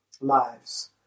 lives